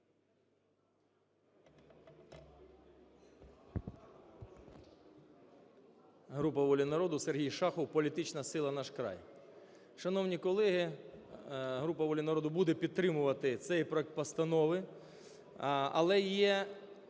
Група "Воля народу", Сергій Шахов, політична сила "Наш край". Шановні колеги, група "Воля народу" буде підтримувати цей проект постанови, але є